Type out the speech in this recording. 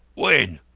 when?